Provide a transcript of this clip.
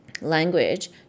language